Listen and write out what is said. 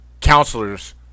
counselors